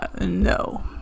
No